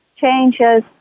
changes